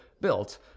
built